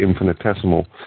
infinitesimal